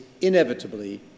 inevitably